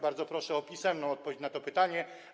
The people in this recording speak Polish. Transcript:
Bardzo proszę o pisemną odpowiedź na to pytanie.